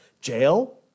Jail